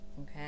Okay